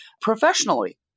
professionally